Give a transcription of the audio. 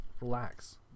relax